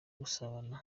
gusabana